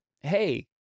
hey